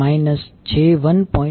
439 j1